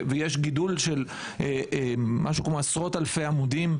יש גידול של כעשרות-אלפי עמודים,